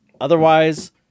Otherwise